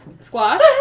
squash